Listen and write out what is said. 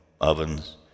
ovens